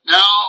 Now